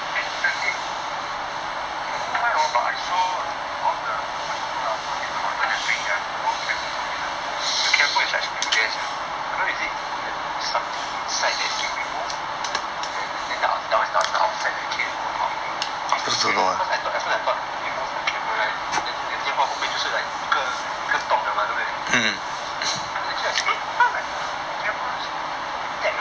eh black tape I don't know why hor but I saw all the I don't know lah I mean those people that bring their non camera phone in lah the camera is like still there sia I don't know is it something inside there's been removed that and then the that [one] is the outside the case or what I also don't know very weird cause I thought at first I thought you remove the camera right then your 电话后面就是 like 一个一个洞了 mah then actually I see like how come the camera still intact [ah]it